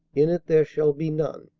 in it there shall be none.